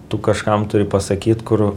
tu kažkam turi pasakyt kur